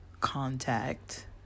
contact